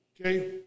okay